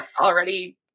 already